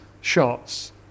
shots